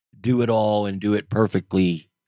do-it-all-and-do-it-perfectly